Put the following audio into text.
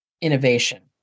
Innovation